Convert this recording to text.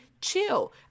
chill